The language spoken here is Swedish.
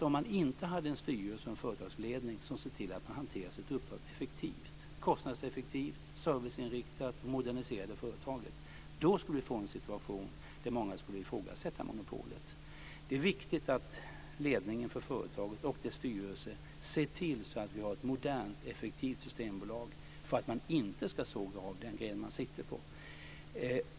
Om man inte hade en styrelse och en företagsledning som ser till att man hanterar sitt uppdrag effektivt, kostnadseffektivt och serviceinriktat och att man moderniserar företaget så tror jag att vi skulle få en situation där många skulle ifrågasätta monopolet. Det är viktigt att ledningen för företaget och dess styrelse ser till så att vi har ett modernt och effektivt Systembolag för att man inte ska såga av den gren man sitter på.